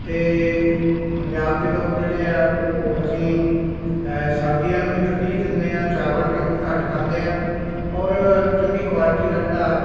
ਅਤੇ ਪੰਜਾਬ ਦੇ ਲੋਕ ਜਿਹੜੇ ਆ ਉਹ ਅਸੀਂ ਹੈ ਸਬਜ਼ੀਆਂ ਨੂੰ ਵੀ ਤਰਜੀਹ ਦਿੰਦੇ ਹਾਂ ਚਾਵਲ ਘੱਟ ਖਾਂਦੇ ਹਾਂ ਔਰ ਚੰਗੀ ਕੁਆਲਿਟੀ ਦਾ ਜਿਹੜਾ